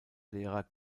lehrer